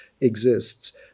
exists